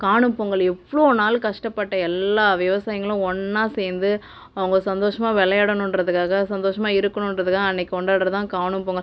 காணும் பொங்கல் எவ்வளோ நாள் கஷ்டப்பட்ட எல்லா விவசாயிகளும் ஒன்னாக சேர்ந்து அவங்க சந்தோஷமாக விளையாடனுன்றதுக்காக சந்தோஷமாக இருக்கனுன்றதுக்கா அன்னக்கு கொண்டாடுறதுதா காணும் பொங்கல்